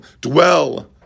Dwell